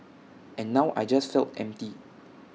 and now I just felt empty